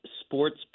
sports